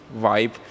vibe